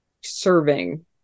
serving